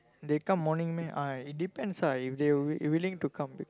they come morning meh ah it depends ah if they w~ willing to come b~